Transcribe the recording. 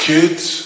Kids